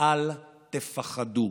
ואל תפחדו.